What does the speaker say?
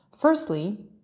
Firstly